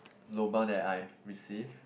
lobang that I have received